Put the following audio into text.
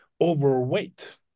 overweight